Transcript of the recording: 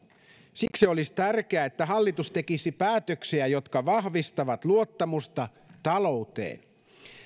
siksi olisi tärkeää että hallitus tekisi päätöksiä jotka vahvistavat luottamusta talouteen